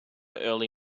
early